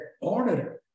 order